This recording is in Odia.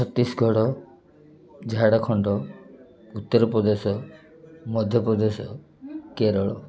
ଛତିଶଗଡ଼ ଝାଡ଼ଖଣ୍ଡ ଉତ୍ତରପ୍ରଦେଶ ମଧ୍ୟପ୍ରଦେଶ କେରଳ